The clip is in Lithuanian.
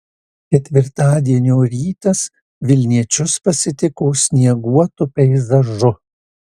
ketvirtadienio rytas vilniečius pasitiko snieguotu peizažu